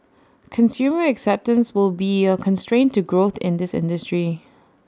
consumer acceptance will be A constraint to growth in this industry